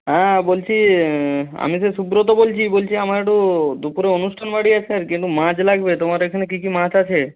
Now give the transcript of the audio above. হ্যাঁ বলছি আমি সে সুব্রত বলছি বলছি আমার একটু দুপুরে অনুষ্ঠান বাড়ি আছে আর কি একটু মাছ লাগবে তোমার এখানে কী কী মাছ আছে